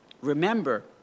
Remember